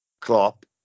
Klopp